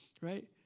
right